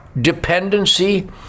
dependency